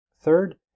Third